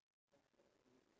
and